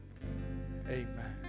Amen